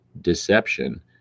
deception